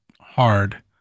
hard